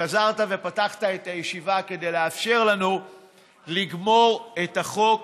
וחזרת ופתחת את הישיבה כדי לאפשר לנו לגמור את החוק